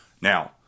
Now